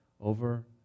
over